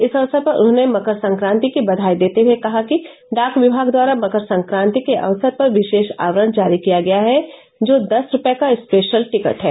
इस अवसर पर उन्होंने मंकर संक्रान्ति की बधाई देते हुए कहा कि डाक विभाग द्वारा मकर संक्रन्ति के अवसर पर विशेष आवरण जारी किया गया है जो दस रूपये का स्पेशल टिकट है